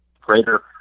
greater